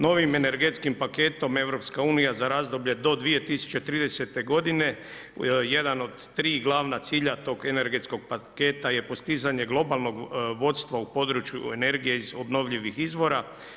Novim energetskim paketom EU za razdoblje do 2030. godine jedan od tri glavna cilja tog energetskog paketa je postizanje globalnog vodstva u području energije iz obnovljivih izvora.